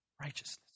righteousness